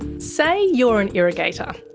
say you're an irrigator.